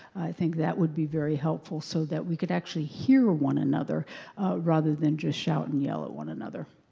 think that would be very helpful so that we could actually hear one another rather than just shout and yell at one another.